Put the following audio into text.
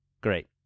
Great